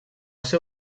ser